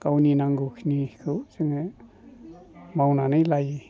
गावनि नांगौ खिनिखौ जोङो मावनानै लायो